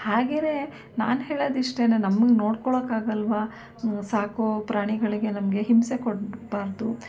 ಹಾಗೆಯೇ ನಾನು ಹೇಳೋದ್ ಇಷ್ಟೆ ನಮ್ಗೆ ನೋಡ್ಕೊಳ್ಳೋಕ್ಕಾಗಲ್ವಾ ಸಾಕುಪ್ರಾಣಿಗಳಿಗೆ ನಮಗೆ ಹಿಂಸೆ ಕೊಡಬಾರ್ದು